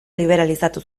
liberalizatu